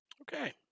Okay